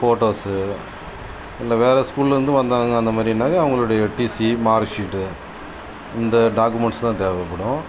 photos இல்லை வேறு ஸ்கூலில் இருந்து வந்தாங்க அந்த மாதிரினாக்கா அவர்களுடைய டிசி மார்க் ஷீட் இந்த டாக்மெண்ட்ஸ் தான் தேவைப்படும்